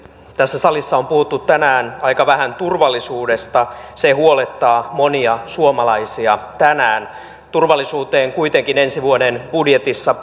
tässä salissa on puhuttu tänään aika vähän turvallisuudesta se huolettaa monia suomalaisia tänään turvallisuuteen kuitenkin ensi vuoden budjetissa